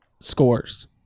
scores